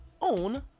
own